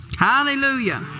Hallelujah